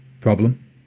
Problem